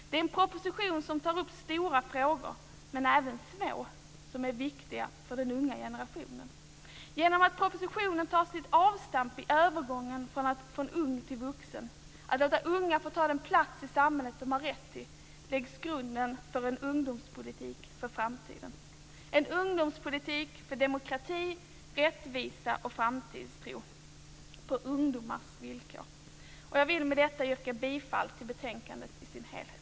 Det är en proposition som tar upp stora frågor, men även små, som är viktiga för den unga generationen. Genom att propositionen tar sitt avstamp i övergången från ung till vuxen - att låta unga få ta den plats i samhället de har rätt till - läggs grunden för en ungdomspolitik för framtiden. En ungdomspolitik för demokrati, rättvisa och framtidstro - på ungdomars villkor. Jag vill med detta yrka bifall till utskottets hemställan i dess helhet.